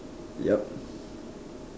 yup